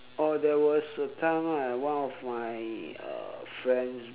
oh there was a time right one of my uh friends